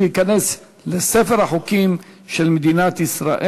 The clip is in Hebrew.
אין מתנגדים.